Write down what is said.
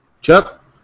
Chuck